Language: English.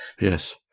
Yes